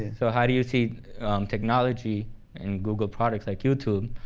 so how do you see technology and google products, like youtube,